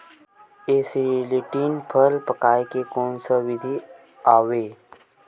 Acetylene फल पकाय के कोन सा विधि आवे?